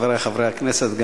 חברי חברי הכנסת,